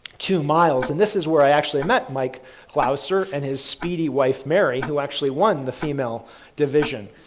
two miles, and this is where i actually met mike clauser and his speedy wife mary, who actually won the female division.